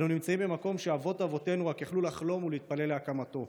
אנו נמצאים במקום שאבות-אבותינו רק יכלו לחלום ולהתפלל להקמתו.